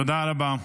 תודה רבה.